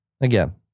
Again